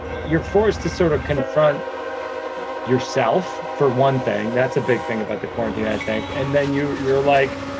you're forced to sort of confront yourself. for one thing, that's a big thing about the quarantine, i think. and then you're you're like,